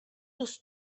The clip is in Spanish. tus